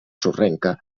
sorrenca